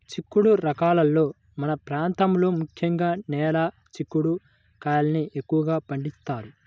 చిక్కుడు రకాలలో మన ప్రాంతంలో ముఖ్యంగా నేల చిక్కుడు కాయల్ని ఎక్కువగా పండిస్తారు